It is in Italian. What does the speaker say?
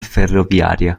ferroviaria